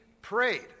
prayed